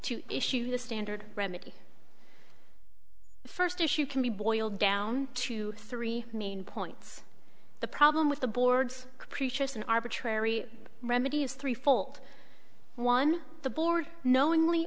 to issue the standard remedy first issue can be boiled down to three main points the problem with the board's creatures an arbitrary remedy is three fold one the board knowingly